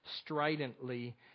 stridently